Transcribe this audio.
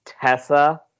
Tessa